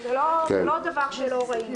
זה לא דבר שלא ראינו.